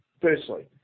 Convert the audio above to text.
Firstly